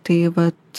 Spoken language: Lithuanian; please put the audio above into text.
tai vat